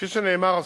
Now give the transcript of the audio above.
כפי שנאמר,